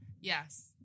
Yes